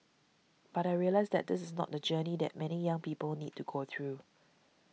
but I realised that this is not the journey that many young people need to go through